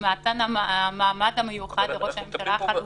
ומתן המעמד המיוחד לראש הממשלה החלופי.